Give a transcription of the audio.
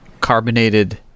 carbonated